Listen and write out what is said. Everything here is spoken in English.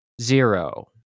Zero